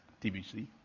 TBC